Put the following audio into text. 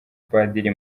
padiri